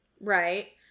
Right